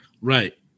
Right